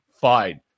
fine